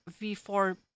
V4